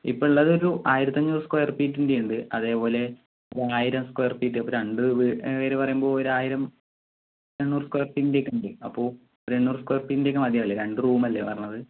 ഇപ്പം ഉള്ളതൊരു ആയിരത്തഞ്ഞൂറു സ്ക്വയർഫീറ്റിൻ്റെ ഉണ്ട് അതേപോലെ ഒരായിരം സ്ക്വയർഫീറ്റ് ഇപ്പം രണ്ടു പേരു പറയുമ്പോൾ ഒരായിരം എണ്ണൂറു സ്ക്വയർഫീറ്റിൻ്റെ ഒക്കെയുണ്ട് അപ്പോൾ ഒരു എണ്ണൂറു സ്ക്വയർഫീറ്റിൻ്റെ ഒക്കെ മതിയാവും അല്ലേ രണ്ടു റൂമല്ലേ പറഞ്ഞത്